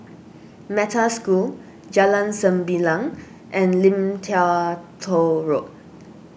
Metta School Jalan Sembilang and Lim Tua Tow Road